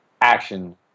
action